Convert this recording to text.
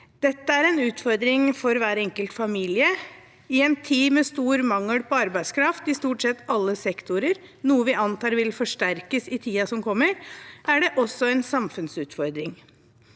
Dette er en utfordring for hver enkelt familie. I en tid med stor mangel på arbeidskraft i stort sett alle sektorer, noe vi antar vil forsterkes i tiden som kommer, er det også en samfunnsutfordring.